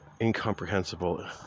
incomprehensible